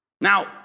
Now